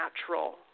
natural